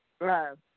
love